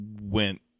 went